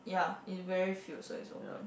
ya it's very filled so is open